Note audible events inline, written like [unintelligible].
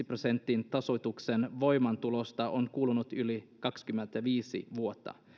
[unintelligible] prosentin tasoituksen voimaantulosta on kulunut yli kaksikymmentäviisi vuotta